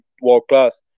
world-class